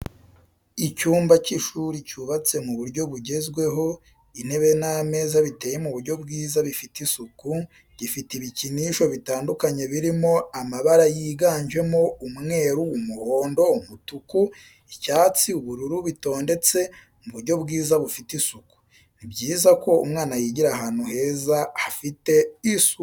Icyumba cy'ishuri cyubatse mu buryo bugezweho intebe n'ameza biteye mu buryo bwiza bifite isuku, gifite ibikinisho bitandukanye biri mabara yiganjemo umweru, umuhondo, umutuku, icyatsi, ubururu bitondetse mu buryo bwiza bufite isuku. Ni byiza ko umwana yigira ahantu heza hafite isuku.